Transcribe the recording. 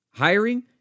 hiring